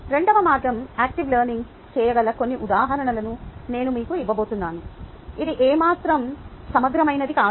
రెండవ మార్గం active learning చేయగల కొన్ని ఉదాహరణలను నేను మీకు ఇవ్వబోతున్నాను ఇది ఏమాత్రం సమగ్రమైనది కాదు